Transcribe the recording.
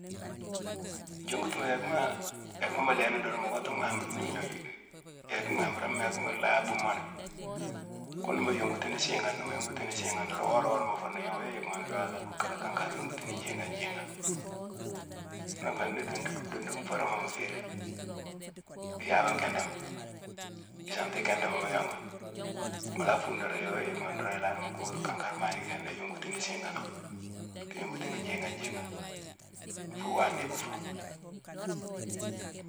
Njongutima yéckma, yéckma mu lééni dorong, mu kottu-mham-gnoju-yéck-mhamburama-lhaa bhuumo ni, kuna mu yongutini siigane. Ni mu yongutini siigane dorong, wora mu fur ni; yowu yé yick mo ni dorong, a la buu ka lé kan kari yonguti ni njiigane jiiigane. Ghune na nfé ni dondugu dondugu nforoma mu féérine, di yaabé nkindama, isamti ikindama mu yongu ni, mu la fune dorong, yowu yé yick mo ni dorong, i la dimo keur kankar ma yick yéné a yongutini siigana, a yongutini njiigane jiiigane. Fu iwana i buufo.